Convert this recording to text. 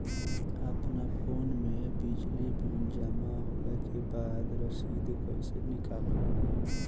अपना फोन मे बिजली बिल जमा होला के बाद रसीद कैसे निकालम?